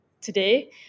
today